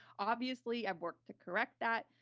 obviously, i've worked to correct that.